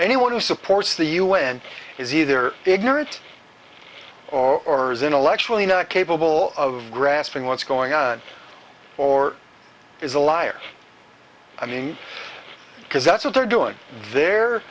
anyone who supports the un is either ignorant or is intellectually not capable of grasping what's going on or is a liar i mean because that's what they're doing they're